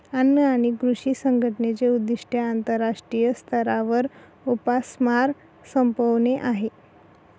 अन्न आणि कृषी संघटनेचे उद्दिष्ट आंतरराष्ट्रीय स्तरावर उपासमार संपवणे आहे